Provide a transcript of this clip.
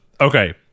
okay